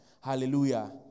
Hallelujah